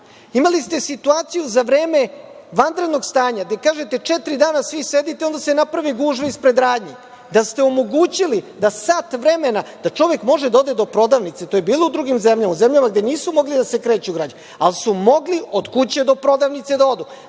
ste situaciju za vreme vanrednog stanja gde kažete – četiri dana svi sedite, a onda se napravi gužva ispred radnji. Da ste omogućili da sat vremena čovek može da ode do prodavnice, to je bilo u drugim zemljama, u zemljama gde nisu mogli da se kreću građani, ali su mogli od kuće do prodavnice da odu.